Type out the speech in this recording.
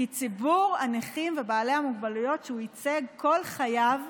כי ציבור הנכים ובעלי המוגבלויות שהוא ייצג כל חייו